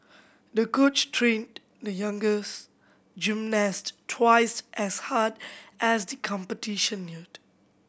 the coach trained the youngest gymnast twice as hard as the competition neared